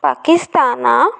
Pakistan